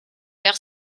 perd